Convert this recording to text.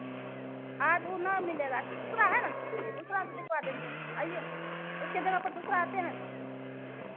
आज ऊ ना मिलेगा तो दूसरा है ना दीदी दूसरा से दिखवा देंगे आइए ना उसके जगह पर दूसरा आते हैं ना